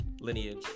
lineage